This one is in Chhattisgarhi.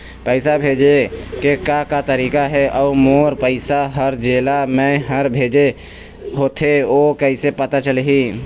पैसा भेजे के का का तरीका हे अऊ मोर पैसा हर जेला मैं हर भेजे होथे ओ कैसे पता चलही?